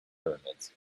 pyramids